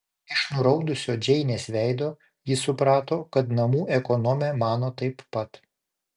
iš nuraudusio džeinės veido ji suprato kad namų ekonomė mano taip pat